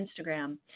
Instagram